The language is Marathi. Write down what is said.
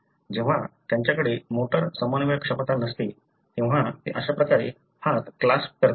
जेव्हा त्यांच्याकडे मोटर समन्वय क्षमता नसते तेव्हा ते अशा प्रकारे हात क्लासप करतात